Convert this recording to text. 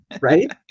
Right